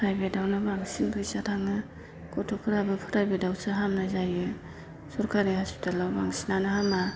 प्राइभेटआवनो बांसिन फैसा थाङो गथ'फोराबो प्राइभेटआवसो हामनाय जायो सरखारि हस्पिटालाव बांसिनानो हामा